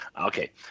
Okay